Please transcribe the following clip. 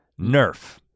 Nerf